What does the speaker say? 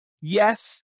yes